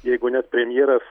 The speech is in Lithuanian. jeigu net premjeras